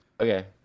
okay